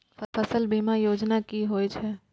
फसल बीमा योजना कि होए छै?